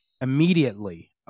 immediately